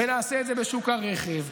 ונעשה את זה בשוק הרכב,